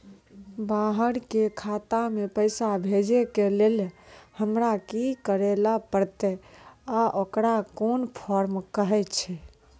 बाहर के खाता मे पैसा भेजै के लेल हमरा की करै ला परतै आ ओकरा कुन फॉर्म कहैय छै?